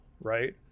right